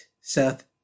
Seth